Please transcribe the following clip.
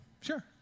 Sure